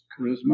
charisma